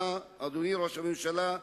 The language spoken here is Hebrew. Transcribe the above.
אתה, אדוני ראש הממשלה,